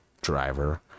driver